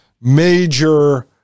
major